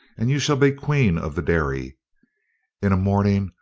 and you shall be queen of the dairy in a morning,